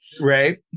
Right